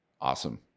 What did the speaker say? Awesome